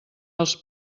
dels